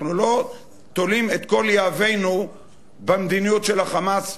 אנחנו לא תולים את כל יהבנו במדיניות של ה"חמאס",